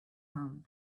home